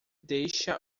deixa